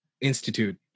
institute